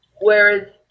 Whereas